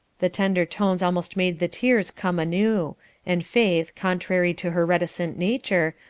the tender tones almost made the tears come anew and faith, contrary to her reticent nature,